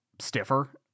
stiffer